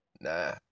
Nah